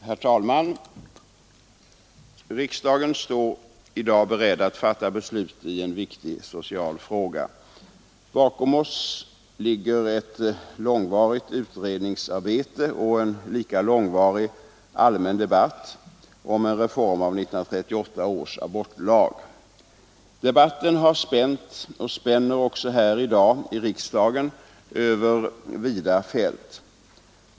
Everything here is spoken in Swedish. Herr talman! Riksdagen står i dag beredd att fatta beslut i en viktig social fråga — i abortfrågan. Bakom oss ligger ett långvarigt utredningsarbete och en lika långvarig allmän debatt om en reformering av 1938 års abortlag. Debatten har spänt — och spänner också i dag här i riksdagen — över vida fält.